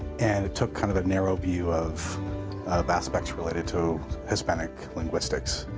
and it took kind of a narrow view of of aspects related to hispanic linguistics.